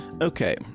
Okay